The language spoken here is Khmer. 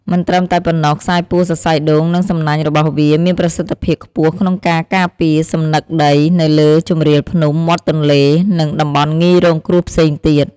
មិនត្រឹមតែប៉ុណ្ណោះខ្សែពួរសរសៃដូង និងសំណាញ់របស់វាមានប្រសិទ្ធភាពខ្ពស់ក្នុងការការពារសំណឹកដីនៅលើជម្រាលភ្នំ មាត់ទន្លេ និងតំបន់ងាយរងគ្រោះផ្សេងទៀត។